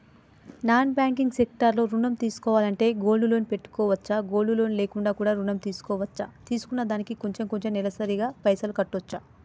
Non banking sector లో ఋణం తీసుకోవాలంటే గోల్డ్ లోన్ పెట్టుకోవచ్చా? గోల్డ్ లోన్ లేకుండా కూడా ఋణం తీసుకోవచ్చా? తీసుకున్న దానికి కొంచెం కొంచెం నెలసరి గా పైసలు కట్టొచ్చా?